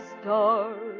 stars